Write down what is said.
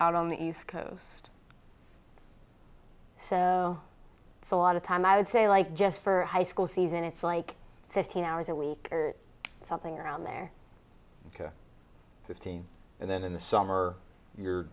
out on the east coast so it's a lot of time i would say like just for high school season it's like fifteen hours a week or something around there fifteen and then in the summer you're